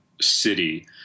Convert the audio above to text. city